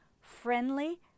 friendly